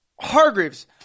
Hargreaves